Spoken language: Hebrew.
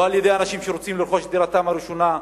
לא על-ידי אנשים שרוצים לרכוש את דירתם הראשונה,